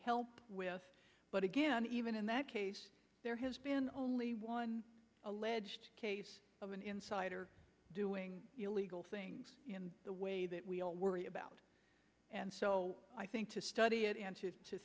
help with but again even in that case there has been only one alleged case of an insider doing illegal things in the way that we all worry about and so i think to study it and